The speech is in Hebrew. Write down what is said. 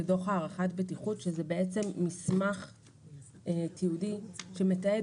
זה דוח הערכת בטיחות שזה בעצם מסמך תיעודי שמתעד